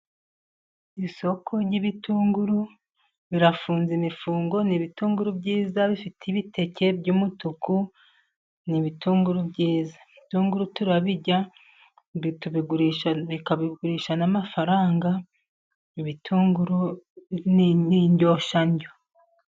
Isoko ry'ibitunguru birafunze imifungo, ni ibitunguru byiza bifite ibiteke by'umutuku, ni ibitunguru byiza. Ibitunguru turabirya tubigurisha n'amafaranga, ibitunguru ni indyoshyandyo.